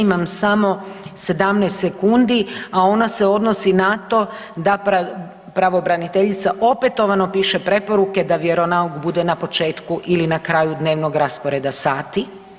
Imam samo 17 sekundi, a ona se odnosi na to da pravobraniteljica opetovano piše preporuke da vjeronauk bude na početku ili na kraju dnevnog rasporeda sati.